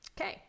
Okay